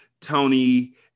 Tony